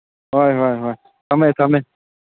ꯍꯣꯏ ꯍꯣꯏ ꯍꯣꯏ ꯊꯝꯃꯦ ꯊꯝꯃꯦ